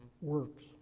works